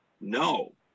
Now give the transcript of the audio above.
No